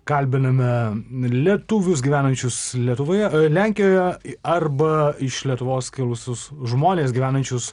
kalbiname lietuvius gyvenančius lietuvoje lenkijoje arba iš lietuvos kilusius žmones gyvenančius